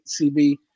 CB